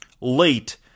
late